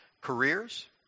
Careers